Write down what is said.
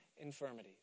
infirmities